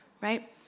Right